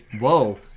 Whoa